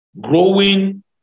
growing